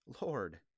Lord